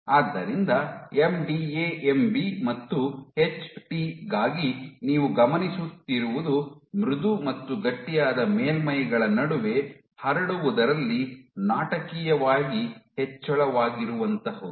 ಆದ್ದರಿಂದ MDA MB ಮತ್ತು HT ಗಾಗಿ ನೀವು ಗಮನಿಸುತ್ತಿರುವುದು ಮೃದು ಮತ್ತು ಗಟ್ಟಿಯಾದ ಮೇಲ್ಮೈಗಳ ನಡುವೆ ಹರಡುವುದರಲ್ಲಿ ನಾಟಕೀಯವಾಗಿ ಹೆಚ್ಚಳವಾಗಿರುವಂಥಹುದು